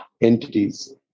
entities